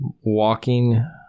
walking